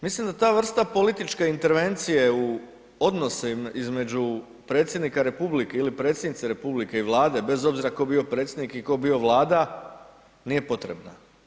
Mislim da ta vrsta političke intervencije u odnosima između predsjednika Republike ili predsjednice Republike ili Vlade, bez obzira tko bio predsjednik i tko bio Vlada nije potrebna.